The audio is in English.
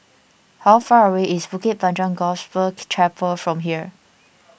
how far away is Bukit Panjang Gospel Chapel from here